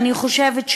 אני חושבת,